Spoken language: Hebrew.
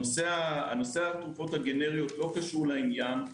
נושא התרופות הגנריות לא קשורות לעניין.